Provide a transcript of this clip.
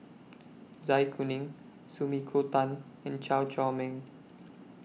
Zai Kuning Sumiko Tan and Chew Chor Meng